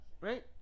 Right